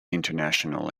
international